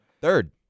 Third